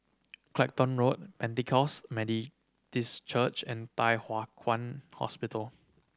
Clacton Road Pentecost Church and Thye Hua Kwan Hospital